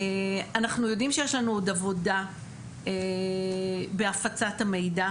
אנחנו יודעים שיש לנו עוד עבודה בהפצת המידע,